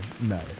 no